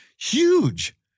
huge